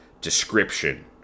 description